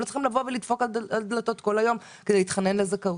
הם לא צריכים לבוא ולדפוק על דלתות כל היום כדי להתחנן לזכאות.